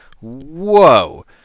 whoa